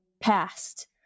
past